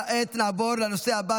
וכעת נעבור לנושא הבא,